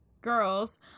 girls